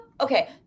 okay